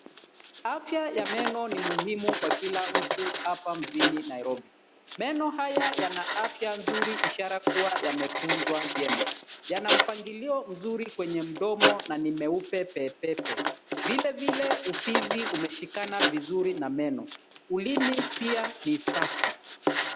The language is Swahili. Afya ya meno ni muhimu kwa kila mtu hapa mjini Nairobi. Meno haya yana afya nzuri ishara kuwa yametunzwa vyema. Yana mpangilio mzuri kwenye mdomo na ni meupe pepepe. Vile vile ufizi umeshikana vizuri na meno. Ulimi pia ni safi.